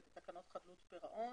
לתקנות חדלות פירעון.